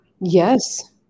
Yes